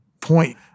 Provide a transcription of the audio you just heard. point